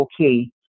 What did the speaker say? okay